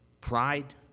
pride